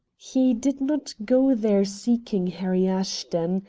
he did not go there seeking harry ashton.